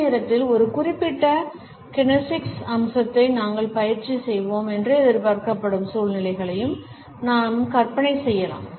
அதே நேரத்தில் ஒரு குறிப்பிட்ட கினெசிக்ஸ் அம்சத்தை நாங்கள் பயிற்சி செய்வோம் என்று எதிர்பார்க்கப்படும் சூழ்நிலைகளையும் நாம் கற்பனை செய்யலாம்